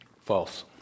False